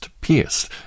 pierced